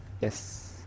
Yes